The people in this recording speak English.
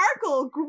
Sparkle